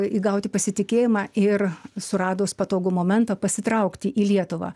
įgauti pasitikėjimą ir suradus patogį momentą pasitraukti į lietuvą